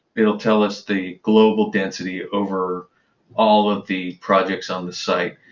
it'll tell us the global density over all of the projects on the site.